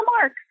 mark